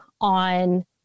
on